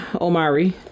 Omari